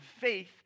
faith